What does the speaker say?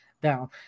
down